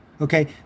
okay